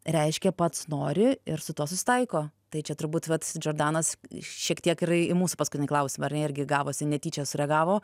reiškia pats nori ir su tuo susitaiko tai čia turbūt vat džordanas šiek tiek ir į mūsų paskutinį klausimą ar ne irgi gavosi netyčia sureagavo